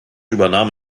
übernahm